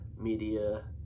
media